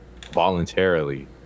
Voluntarily